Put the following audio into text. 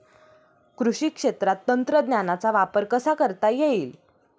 कृषी क्षेत्रात तंत्रज्ञानाचा वापर कसा करता येईल?